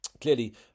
Clearly